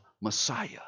Messiah